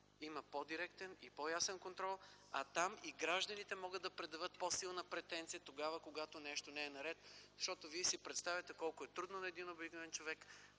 има по-директен и по-ясен контрол. А там и гражданите могат да предявят по-силна претенция, когато нещо не е наред. Представяте си колко е трудно на един обикновен човек